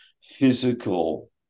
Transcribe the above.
physical